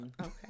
okay